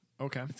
okay